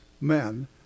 men